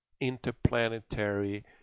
interplanetary